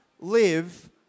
live